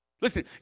Listen